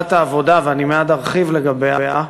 סביבת העבודה, ואני מייד ארחיב לגביה,